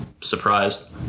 surprised